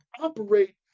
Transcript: operate